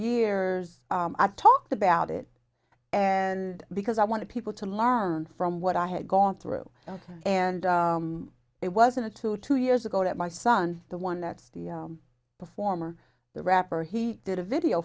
years i've talked about it and because i wanted people to learn from what i had gone through and it wasn't to two years ago that my son the one that's the performer the rapper he did